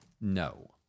No